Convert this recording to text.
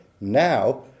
Now